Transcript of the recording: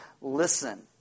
Listen